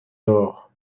d’or